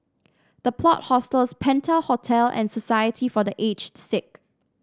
The Plot Hostels Penta Hotel and Society for The Aged Sick